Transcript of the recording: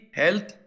health